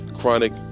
chronic